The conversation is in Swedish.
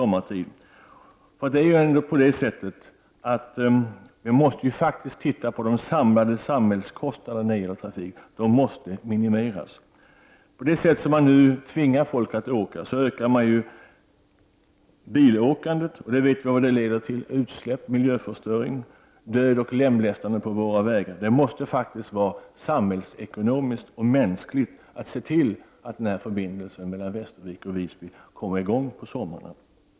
Man måste ju se på de samlade samhällskostnaderna när det gäller trafiken, de måste minimeras. På det sätt som man nu tvingar folk att åka ökar bilåkandet. Vi vet vad det leder till: utsläpp, miljöförstöring, död och lemlästande på våra vägar. Det måste vara samhällsekonomiskt och mänskligt att se till att denna förbindelse mellan Västervik och Visby kommer till stånd till sommaren.